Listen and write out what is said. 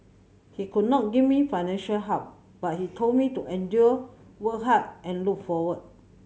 he could not give me financial help but he told me to endure work hard and look forward